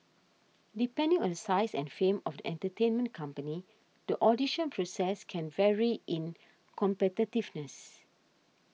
depending on the size and fame of the entertainment company the audition process can vary in competitiveness